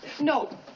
no